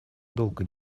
долго